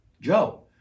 Joe